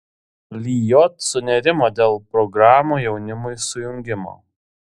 lijot sunerimo dėl programų jaunimui sujungimo